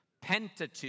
Pentateuch